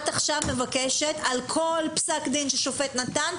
את עכשיו מבקשת שהמשטרה תגיש ערעורים על כל פסק דין ששופט נתן?